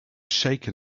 shaken